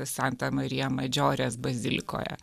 santa marija madžiorės bazilikoje